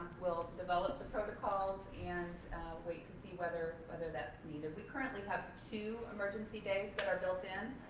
we'll develop the protocols and wait to see whether whether that's needed. we currently have two emergency days that are built in,